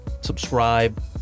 subscribe